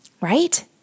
Right